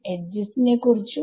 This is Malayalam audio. എഡ്ജ് നെ കുറിച്ചും